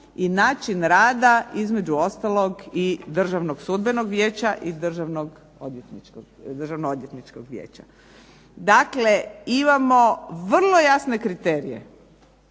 i način rada između ostalog i Državnog sudbenog vijeća i Državnog odvjetničkog vijeća. Dakle, imamo vrlo jasne kriterije.